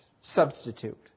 substitute